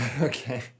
Okay